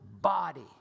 body